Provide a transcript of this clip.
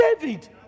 David